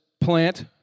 plant